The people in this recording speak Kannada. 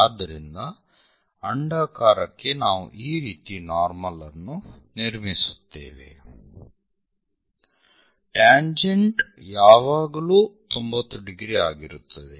ಆದ್ದರಿಂದ ಅಂಡಾಕಾರಕ್ಕೆ ನಾವು ಈ ರೀತಿ ನಾರ್ಮಲ್ ಅನ್ನು ನಿರ್ಮಿಸುತ್ತೇವೆ ಟ್ಯಾಂಜೆಂಟ್ ಯಾವಾಗಲೂ 90° ಆಗಿರುತ್ತದೆ